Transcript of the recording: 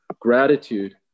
gratitude